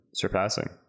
surpassing